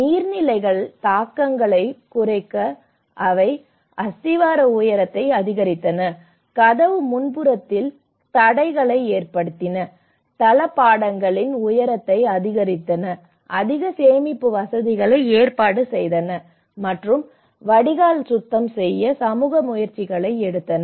நீர்நிலைகளின் தாக்கங்களைக் குறைக்க அவை அஸ்திவார உயரத்தை அதிகரித்தன கதவு முன்புறத்தில் தடைகளை ஏற்படுத்தின தளபாடங்களின் உயரத்தை அதிகரித்தன அதிக சேமிப்பு வசதிகளை ஏற்பாடு செய்தன மற்றும் வடிகால் சுத்தம் செய்ய சமூக முயற்சிகளை எடுத்தன